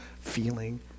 feeling